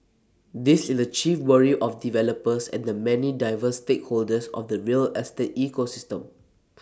this is the chief worry of developers and the many diverse stakeholders of the real estate ecosystem